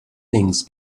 things